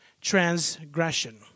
transgression